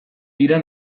dira